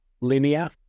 linear